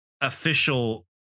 official